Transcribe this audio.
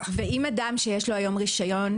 אם אדם שיש לו היום רישיון,